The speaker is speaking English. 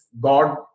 God